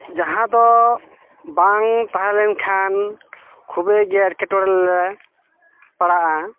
ᱡᱟᱦᱟᱸ ᱫᱚ ᱵᱟᱝ ᱛᱟᱦᱮᱸ ᱞᱮᱱ ᱠᱷᱟᱱ ᱠᱷᱩᱵᱮᱭ ᱜᱮ ᱮᱴᱠᱮᱴᱚᱬᱮ ᱨᱮᱞᱮ ᱯᱟᱲᱟᱜᱼᱟ